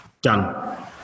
done